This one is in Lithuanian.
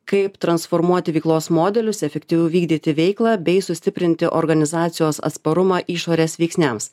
kaip transformuoti veiklos modelius efektyviau vykdyti veiklą bei sustiprinti organizacijos atsparumą išorės veiksniams